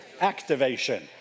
activation